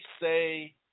say